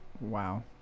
Wow